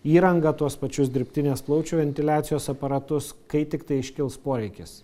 įrangą tuos pačius dirbtinės plaučių ventiliacijos aparatus kai tiktai iškils poreikis